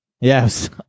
Yes